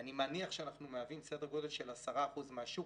אני מניח שאנחנו מהווים כ-10% מהשוק.